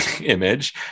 image